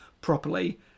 properly